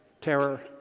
terror